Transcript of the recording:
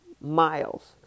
Miles